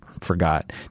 forgot